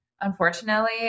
unfortunately